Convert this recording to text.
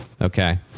Okay